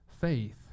faith